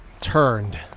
Turned